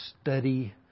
study